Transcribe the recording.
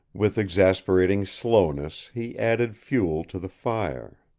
with, exasperating slowness he added fuel to the fire.